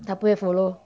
她不会 follow